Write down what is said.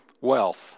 wealth